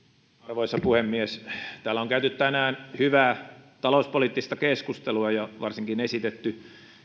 arvoisa puhemies täällä on käyty tänään hyvää talouspoliittista keskustelua ja varsinkin esitetty